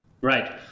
right